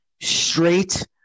straight